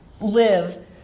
live